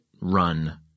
run